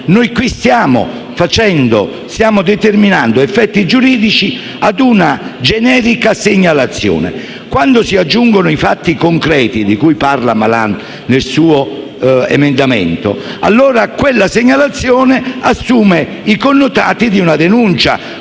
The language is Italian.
Qui stiamo determinando effetti giuridici a seguito di una generica segnalazione. Quando si aggiungono i fatti concreti di cui parla il senatore Malan nel suo emendamento, allora quella segnalazione assume i connotati di una denuncia,